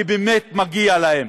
כי באמת מגיע להם.